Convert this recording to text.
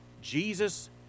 Jesus